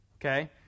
okay